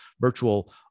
virtual